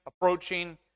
approaching